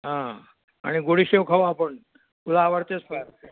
हा आणि गोडी शेव खाऊ आपण तुला आवडतेच फार